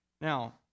Now